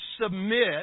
submit